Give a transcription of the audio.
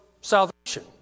salvation